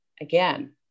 Again